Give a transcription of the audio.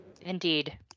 indeed